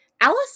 alice